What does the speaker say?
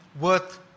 worth